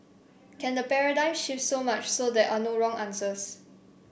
can the paradigm shift so much so there are no wrong answers